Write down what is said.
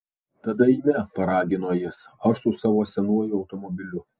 tada eime paragino jis aš su savo senuoju automobiliu